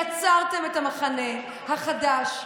יצרתם את המחנה החדש,